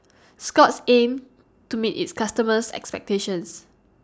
Scott's aims to meet its customers' expectations